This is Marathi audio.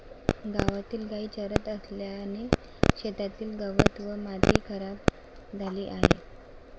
गावातील गायी चरत असल्याने शेतातील गवत व माती खराब झाली आहे